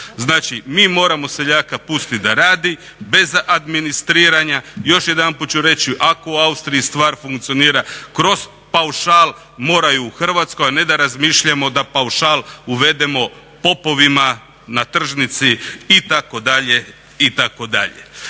Znači, mi moramo seljaka pustiti da radi bez administriranja. Još jedanput ću reći ako u Austriji stvar funkcionira kroz paušal mora i u Hrvatskoj, a ne da razmišljamo da paušal uvedemo popovima na tržnici itd.,